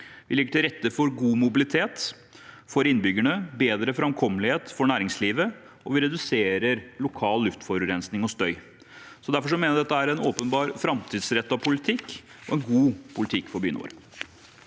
Vi legger til rette for god mobilitet for innbyggerne, bedre framkommelighet for næringslivet, og vi reduserer lokal luftforurensning og støy. Derfor mener jeg at dette er en åpenbar framtidsrettet og god politikk for byene våre.